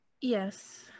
Yes